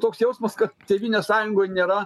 toks jausmas kad tėvynės sąjungoj nėra